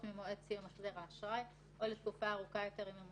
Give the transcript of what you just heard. או יאמת את פרטי מקבל השירות אל מול המרשמים של נותני